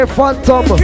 Phantom